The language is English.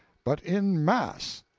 but in mass!